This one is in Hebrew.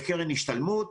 לקרן השתלמות